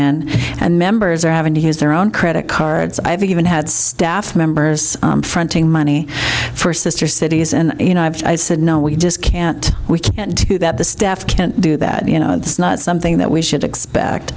in and members are having to use their own credit cards i've even had staff members fronting money for sister cities and you know i said no we just can't we can do that the staff can't do that you know it's not something that we should expect